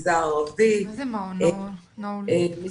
גם במגזר הערבי יש מעון נעול אחד